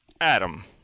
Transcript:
Adam